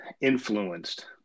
influenced